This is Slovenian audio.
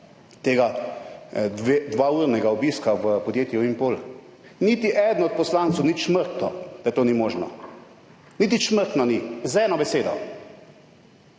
tega dvournega obiska v podjetju Impol? Niti eden od poslancev ni čmrknil, da to ni možno, niti čmrknil ni z eno besedo.